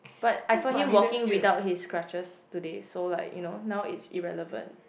but I saw him walking without his crutches today so like you know now is irrelevant